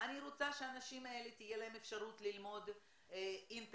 אני רוצה שלאנשים האלה תהיה אפשרות ללמוד אינטרנט,